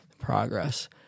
progress